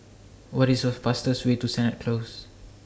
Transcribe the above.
What IS The fastest Way to Sennett Close